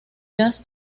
jazz